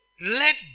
Let